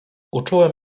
uczułem